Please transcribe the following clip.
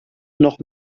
noch